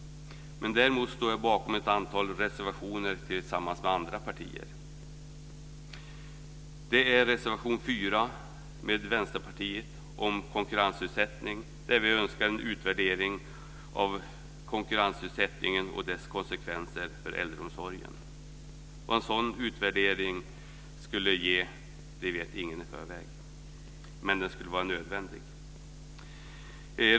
Däremot står jag bakom ett antal reservationer tillsammans med andra partier. Det är reservation 4 tillsammans med Vänsterpartiet om konkurrensnedsättning, där vi önskar en utvärdering av konkurrensutsättningen och dess konsekvenser för äldreomsorgen. Vad en sådan utvärdering skulle ge vet ingen i förväg, men den är nödvändig.